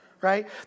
Right